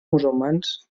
musulmans